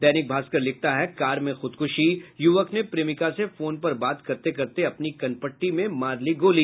दैनिक भास्कर लिखता है कार में खुदकुशी युवक ने प्रेमिका से फोन पर बात करते करते अपनी कनपट्टी में मार ली गोली